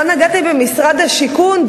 לא נגעתי במשרד השיכון,